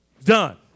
Done